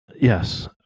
Yes